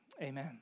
Amen